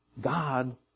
God